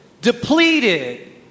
depleted